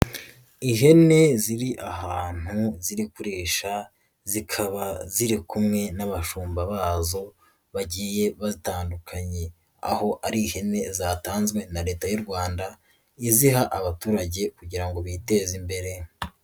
Ihene ziri ahantu ziri kurisha, zikaba ziri kumwe n'abashumba bazo bagiye batandukanye. Aho ari ihene zatanzwe na leta y'u Rwanda iziha abaturage kugira ngo biteze imbere.